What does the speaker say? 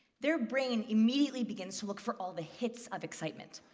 their brain immediately begins to look for all the hits of excitement.